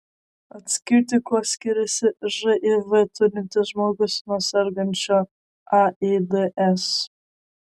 atskirti kuo skiriasi živ turintis žmogus nuo sergančio aids